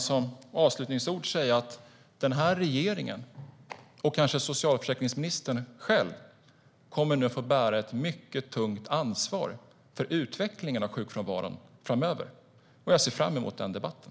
Som avslutningsord vill jag säga att regeringen och socialförsäkringsministern kommer att få bära ett tungt ansvar för utvecklingen av sjukfrånvaron framöver. Jag ser fram emot den debatten.